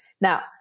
Now